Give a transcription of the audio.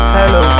Hello